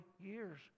years